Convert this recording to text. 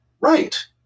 right